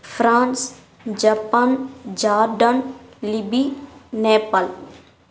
France Japan jordan Libya Nepal